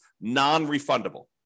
non-refundable